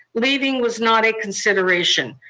leaving was not a consideration.